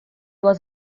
was